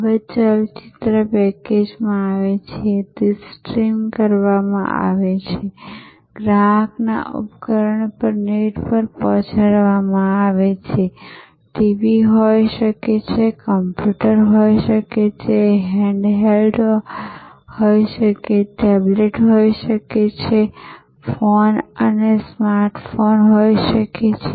હવે ચલચિત્ર પેકેજમાં આવે છે તે સ્ટ્રીમ કરવામાં આવે છે ગ્રાહકના ઉપકરણ પર નેટ પર પહોંચાડવામાં આવે છે ટીવી હોઈ શકે છે કમ્પ્યુટર હોઈ શકે છે હેન્ડહેલ્ડ ટેબલેટ હોઈ શકે છે ફોન અને સ્માર્ટ ફોન હોઈ શકે છે